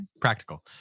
practical